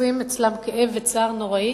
יוצרים אצלם כאב וצער נוראי